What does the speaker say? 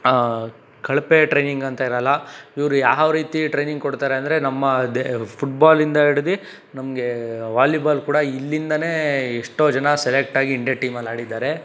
ಕಳಪೆ ಟ್ರೈನಿಂಗ್ ಅಂತ ಇರಲ್ಲ ಇವರು ಯಾವ ರೀತಿ ಟ್ರೈನಿಂಗ್ ಕೊಡ್ತಾರೆ ಅಂದರೆ ನಮ್ಮ ದೇ ಫುಟ್ಬಾಲ್ ಇಂದ ಹಿಡ್ದು ನಮಗೆ ವಾಲಿಬಾಲ್ ಕೂಡ ಇಲ್ಲಿಂದಲೇ ಎಷ್ಟೋ ಜನ ಸೆಲೆಕ್ಟ್ ಆಗಿ ಇಂಡಿಯಾ ಟೀಮಲ್ಲಿ ಆಡಿದ್ದಾರೆ